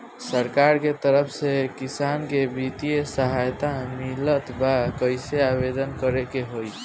सरकार के तरफ से किसान के बितिय सहायता मिलत बा कइसे आवेदन करे के होई?